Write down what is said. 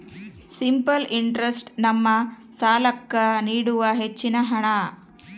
simple interest ನಮ್ಮ ಸಾಲ್ಲಾಕ್ಕ ನೀಡುವ ಹೆಚ್ಚಿನ ಹಣ್ಣ